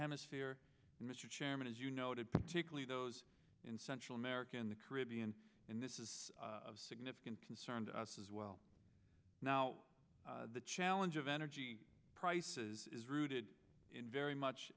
hemisphere mr chairman as you noted particularly those in central america and the caribbean and this is of significant concern to us as well now the challenge of energy prices is rooted in very much